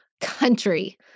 country